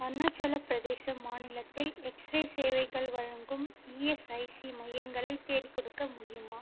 அருணாச்சலப் பிரதேச மாநிலத்தில் எக்ஸ்ரே சேவைகள் வழங்கும் இஎஸ்ஐசி மையங்களைத் தேடிக்கொடுக்க முடியுமா